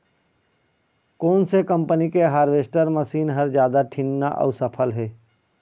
कोन से कम्पनी के हारवेस्टर मशीन हर जादा ठीन्ना अऊ सफल हे?